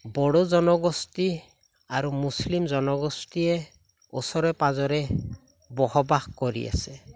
বড়ো জনগোষ্ঠী আৰু মুছলিম জনগোষ্ঠীয়ে ওচৰে পাঁজৰে বসবাস কৰি আছে